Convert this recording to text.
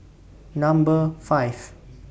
Number five